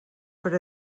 per